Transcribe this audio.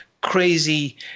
crazy